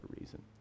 reason